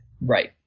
Right